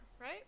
right